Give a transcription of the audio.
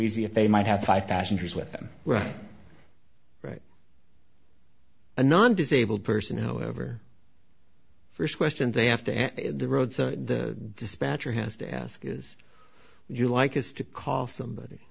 easy if they might have five passengers with them right right anon disabled person however first question they have to the road so the dispatcher has to ask is would you like us to call somebody